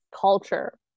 culture